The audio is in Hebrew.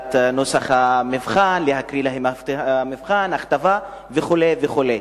הגדלת נוסח המבחן, הקראת המבחן, הכתבה וכו'.